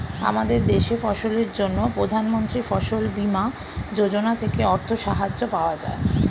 আমাদের দেশে ফসলের জন্য প্রধানমন্ত্রী ফসল বীমা যোজনা থেকে অর্থ সাহায্য পাওয়া যায়